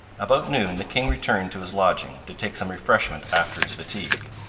about noon the king returned to his lodging, to take some refreshment after his fatigue.